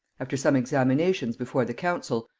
after some examinations before the council,